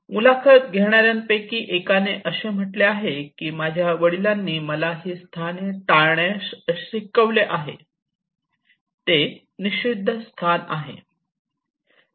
मुलाखत घेणाऱ्यांपैकी एकाने असे म्हटले आहे की माझ्या वडिलांनी मला ही ठिकाणे टाळण्यास शिकविले आहे ते निषिद्ध ठिकाण आहे